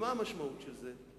ומה המשמעות של זה?